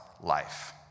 life